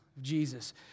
Jesus